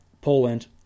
Poland